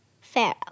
Pharaoh